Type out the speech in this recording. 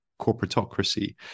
corporatocracy